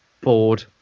Board